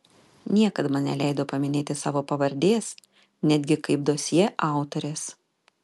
niekad man neleido paminėti savo pavardės netgi kaip dosjė autorės